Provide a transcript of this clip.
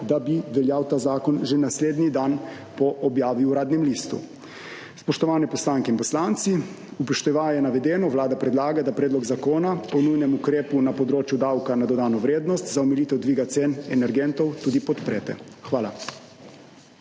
zakon veljal že naslednji dan po objavi v Uradnem listu. Spoštovane poslanke in poslanci! Upoštevaje navedeno Vlada predlaga, da Predlog zakona o nujnem ukrepu na področju davka na dodano vrednost za omilitev dviga cen energentov tudi podprete. Hvala.